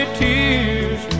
tears